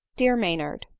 dear maynard,